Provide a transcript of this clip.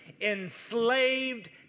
enslaved